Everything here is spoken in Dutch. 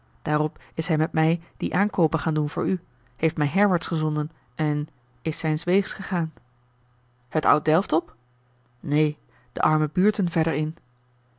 daarop is hij met mij die aankoopen gaan doen voor u heeft mij herwaarts gezonden en is zijns weegs gegaan het oud delft op neen de arme buurten verder in